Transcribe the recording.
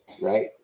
right